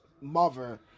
mother